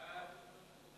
חוק שירות התעסוקה